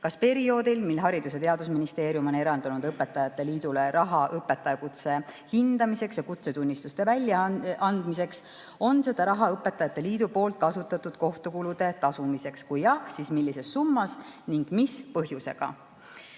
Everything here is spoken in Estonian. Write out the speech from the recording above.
Kas perioodil, mil Haridus‑ ja Teadusministeerium on eraldanud EÕL‑ile raha õpetajakutse hindamiseks ja kutsetunnistuste väljaandmiseks, on seda raha EÕL‑i poolt kasutatud kohtukulude tasumiseks? Kui jah, siis millises summas ning mis põhjusega?"